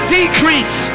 decrease